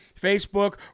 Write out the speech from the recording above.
Facebook